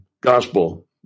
gospel